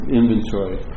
inventory